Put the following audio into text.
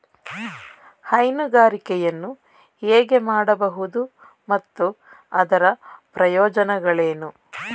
ಹೈನುಗಾರಿಕೆಯನ್ನು ಹೇಗೆ ಮಾಡಬಹುದು ಮತ್ತು ಅದರ ಪ್ರಯೋಜನಗಳೇನು?